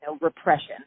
repression